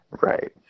right